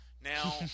Now